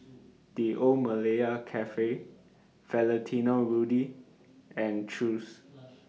The Old Malaya Cafe Valentino Rudy and Chew's